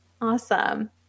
Awesome